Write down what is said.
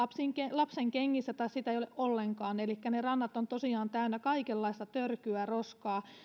lapsenkengissä tai sitä ei ole ollenkaan elikkä ne rannat ovat tosiaan täynnä kaikenlaista törkyä roskaa